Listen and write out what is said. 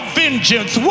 vengeance